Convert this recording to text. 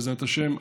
בעזרת השם.